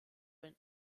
been